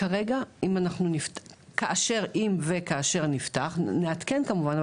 אם וכאשר נפתח אנחנו נעדכן כמובן,